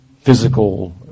physical